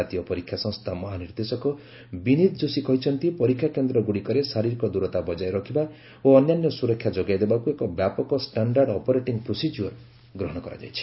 ଜାତୀୟ ପରୀକ୍ଷା ସଂସ୍ଥା ମହାନିର୍ଦ୍ଦେଶକ ବିନିତ ଯୋଶୀ କହିଛନ୍ତି ପରୀକ୍ଷା କେନ୍ଦ୍ର ଗୁଡ଼ିକରେ ଶାରିରୀକ ଦୂରତା ବଜାୟ ରଖିବା ଓ ଅନ୍ୟାନ୍ୟ ସୁରକ୍ଷା ଯୋଗାଇଦେବାକୁ ଏକ ବ୍ୟାପକ ଷ୍ଟାଣ୍ଡାର୍ଡ ଅପରେଟିଂ ପ୍ରୋସେଜିଅର ଗ୍ରହଣ କରାଯାଇଛି